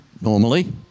normally